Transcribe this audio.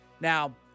Now